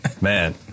Man